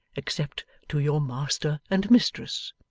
except to your master and mistress